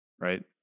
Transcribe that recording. Right